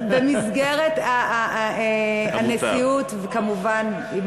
במסגרת הנשיאות, המותר.